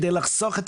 כדי לחסוך.